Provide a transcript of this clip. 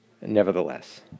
nevertheless